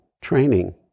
training